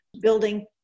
building